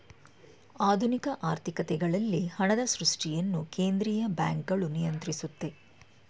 ಆಧುನಿಕ ಆರ್ಥಿಕತೆಗಳಲ್ಲಿ ಹಣದ ಸೃಷ್ಟಿಯನ್ನು ಕೇಂದ್ರೀಯ ಬ್ಯಾಂಕ್ಗಳು ನಿಯಂತ್ರಿಸುತ್ತೆ